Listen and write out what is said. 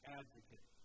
advocate